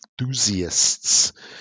enthusiasts